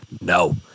no